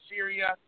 Syria